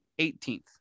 18th